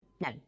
No